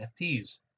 NFTs